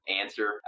answer